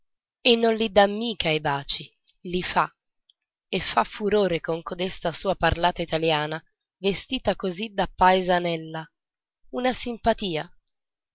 e non li dà mica i baci li fa e fa furore con codesta sua parlata italiana vestita così da paesanella una simpatia